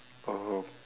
oh